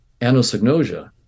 anosognosia